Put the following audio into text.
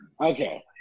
Okay